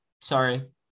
Sorry